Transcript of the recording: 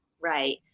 Right